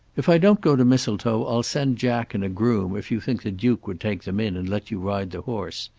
if i don't go to mistletoe i'll send jack and a groom if you think the duke would take them in and let you ride the horse.